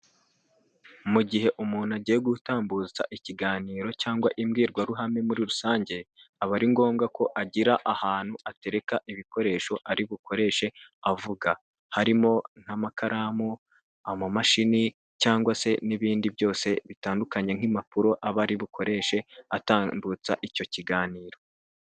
Mu gihe umuntu agiye gutambutsa ikiganiro cyangwa imbwirwaruhame muri rusange, aba ari ngombwa ko agira ahantu atereka ibikoresho ari bukoreshe avuga harimo n'amakaramu, amamashini cyangwa se n' ibindi byose bitandukanye nk'impapuro aba ari bukoreshe atambutsa icyo kiganiro.